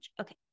Okay